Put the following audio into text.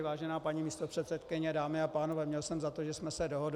Vážená paní místopředsedkyně, dámy a pánové, měl jsem za to, že jsme se dohodli.